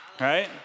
Right